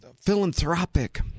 philanthropic